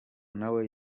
nawe